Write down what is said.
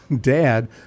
dad